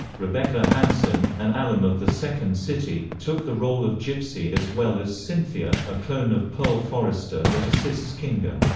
rebecca hanson, an alum of the second city, took the role of gypsy as well as synthia, a clone of pearl forrester that assists kinga.